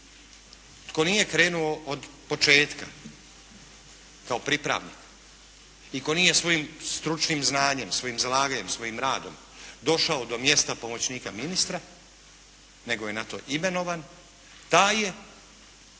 tko nije krenulo od početka kao pripravnik i tko nije svojim stručnim znanjem, svojim zalaganjem, svojim radom došao do mjesta pomoćnika ministra, nego je na to imenovan, taj je